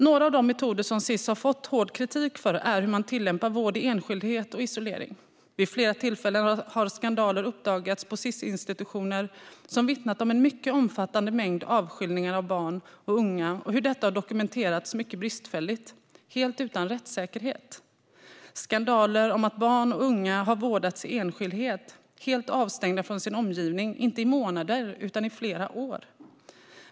Några av de metoder som Sis har fått hård kritik för gäller hur man tillämpar vård i enskildhet och isolering. Vid flera tillfällen har skandaler uppdagats på Sis-institutioner, som handlat om en mycket omfattande mängd avskiljningar av barn och unga och hur detta har dokumenterats mycket bristfälligt, helt utan rättssäkerhet. Det är skandaler som handlar om att barn och unga har vårdats i enskildhet, helt avstängda från sin omgivning, inte i månader utan i flera år.